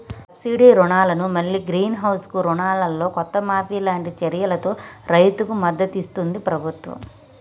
subsidy రుణాలను మల్లి green house కు రుణాలల్లో కొంత మాఫీ లాంటి చర్యలతో రైతుకు మద్దతిస్తుంది ప్రభుత్వం